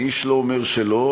איש לא אומר שלא.